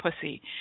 pussy